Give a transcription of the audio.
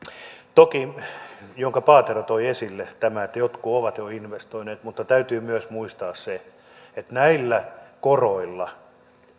toki on tämä minkä paatero toi esille että jotkut ovat jo investoineet mutta täytyy myös muistaa se että näillä koroilla